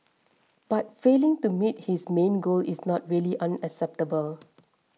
but failing to meet this main goal is not really unacceptable